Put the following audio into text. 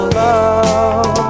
love